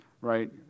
right